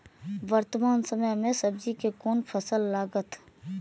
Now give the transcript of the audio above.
वर्तमान समय में सब्जी के कोन फसल लागत?